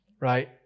right